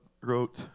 wrote